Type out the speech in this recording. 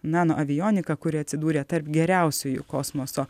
nano avionika kuri atsidūrė tarp geriausiųjų kosmoso